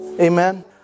Amen